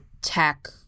tech